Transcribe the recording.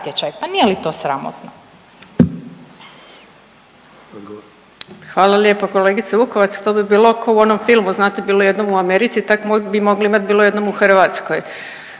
pa nije li to sramotno?